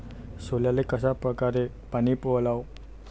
सोल्याले कशा परकारे पानी वलाव?